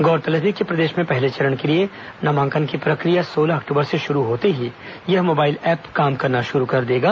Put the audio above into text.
गौरतलब है कि प्रदेश में पहले चरण के लिए नामाकन की प्रक्रिया सोलह अक्टूबर से शुरू होते ही यह एप काम करना शुरू कर देगा